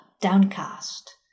downcast